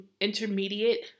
intermediate